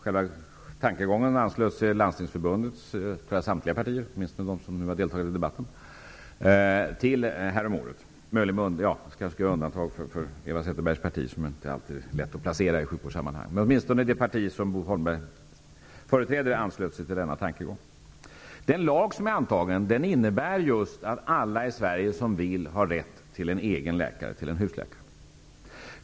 Den tankegången anslöt sig Landstingsförbundets samtliga partier till häromåret, åtminstone de partier som deltog i debatten. Jag skall kanske göra undantag för Eva Zetterbergs parti. Vänsterpartiet är inte alltid lätt att placera i sjukvårdssammanhang, men det parti som Bo Holmberg företräder anslöt sig till denna tankegång. Den lag som är antagen innebär just att alla i Sverige som vill har rätt till en egen läkare, en husläkare.